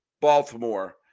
Baltimore